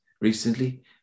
recently